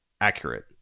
accurate